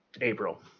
April